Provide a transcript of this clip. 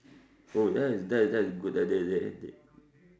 oh that that that's good that they they